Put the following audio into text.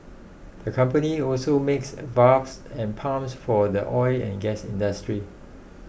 the company also makes valves and pumps for the oil and gas industry